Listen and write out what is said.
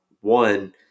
one